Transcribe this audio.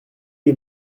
les